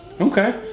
Okay